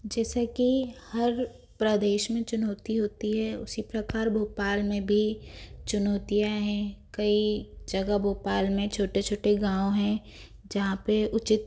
जैसे कि हर प्रदेश में चुनौती होती है उसी प्रकार भोपाल में भी चुनौतियाँ है कई जगह भोपाल में छोटे छोटे गाँव है जहाँ पे उचित